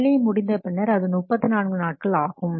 வேலை முடிந்த பின்னர் அது 34 நாட்கள் ஆகும்